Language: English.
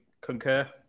concur